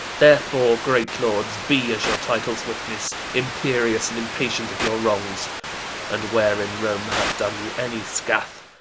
therefore, great lords, be, as your titles witness, imperious and impatient of your wrongs and wherein rome hath done you any scath,